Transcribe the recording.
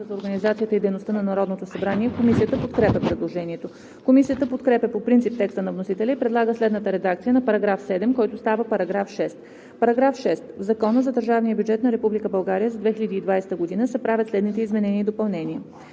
за организацията и дейността на Народното събрание. Комисията подкрепя предложението. Комисията подкрепя по принцип текста на вносителя и предлага следната редакция на § 7, който става § 6: „§ 6. В Закона за държавния бюджет на Република България за 2020 г. (обн., ДВ, бр. …) се правят следните изменения и допълнения: